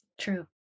True